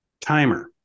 timer